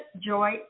Joy